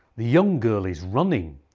the young girl is running,